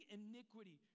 iniquity